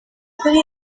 ukuri